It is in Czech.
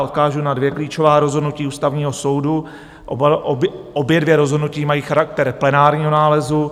Odkážu na dvě klíčová rozhodnutí Ústavního soudu, obě dvě rozhodnutí mají charakter plenárního nálezu.